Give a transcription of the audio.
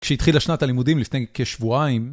כשהתחיל השנת הלימודים לפני כשבועיים.